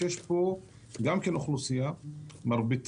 יש שם עכשיו הרבה